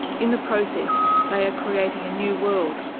in the process they are creating a new world,